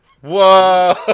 Whoa